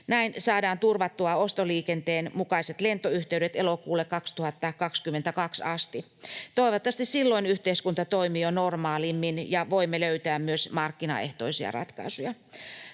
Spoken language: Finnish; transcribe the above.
Näin saadaan turvattua ostoliikenteen mukaiset lentoyhteydet elokuulle 2022 asti. Toivottavasti silloin yhteiskunta toimii jo normaalimmin ja voimme löytää myös markkinaehtoisia ratkaisuja.